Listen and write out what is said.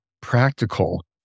practical